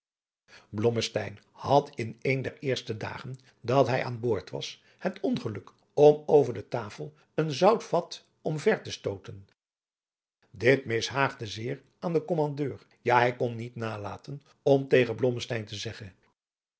had in een der eerste dagen dat hij aan boord was het ongeluk om over tafel een zoutvat om ver te stooten dit mishaagde zeer aan den kommandeur ja hij kon niet nalaten om tegen blommesteyn te zeggen